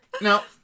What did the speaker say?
now